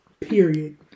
Period